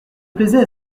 plaisait